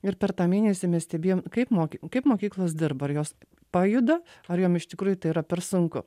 ir per tą mėnesį mes stebėjom kaip mokė kaip mokyklos dirba ar jos pajuda ar jom iš tikrųjų tai yra per sunku